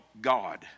God